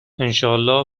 انشااله